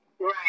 Right